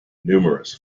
numerous